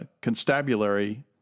constabulary